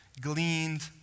gleaned